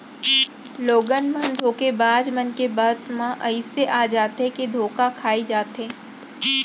लोगन मन धोखेबाज मन के बात म अइसे आ जाथे के धोखा खाई जाथे